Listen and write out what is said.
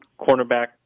cornerback